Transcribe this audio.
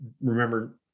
remember